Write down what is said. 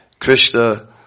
Krishna